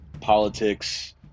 politics